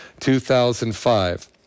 2005